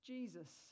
Jesus